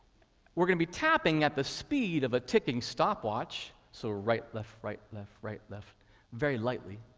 we're going to be tapping at the speed of a ticking stopwatch so right left, right left, right left very lightly.